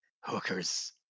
hookers